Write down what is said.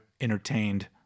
entertained